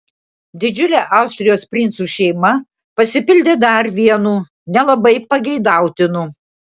didžiulė austrijos princų šeima pasipildė dar vienu nelabai pageidautinu